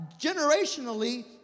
generationally